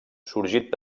sorgit